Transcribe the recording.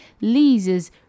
leases